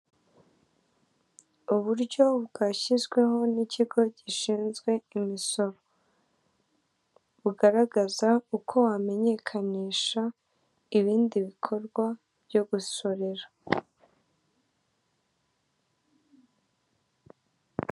Uburyo bwashyizweho nikigo gishinzwe imisoro, bugaragaza uko wamenyekanisha ibindi bikorwa byo gusorera.